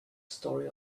story